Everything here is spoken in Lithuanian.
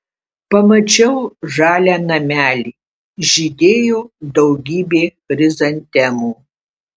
pamačiau žalią namelį žydėjo daugybė chrizantemų